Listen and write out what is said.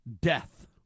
death